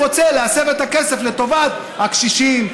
הוא רוצה להסב את הכסף לטובת הקשישים,